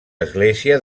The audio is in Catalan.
església